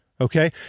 Okay